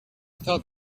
thought